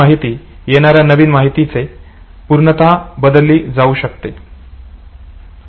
ही माहिती येणाऱ्या नवीन माहितीने पूर्णतः बदलली जाऊ शकते